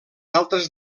altres